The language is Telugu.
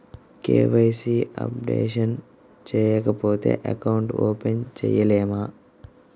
కే.వై.సి అప్డేషన్ చేయకపోతే అకౌంట్ ఓపెన్ చేయలేమా?